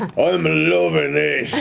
i'm ah loving